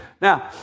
Now